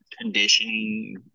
conditioning